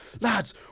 Lads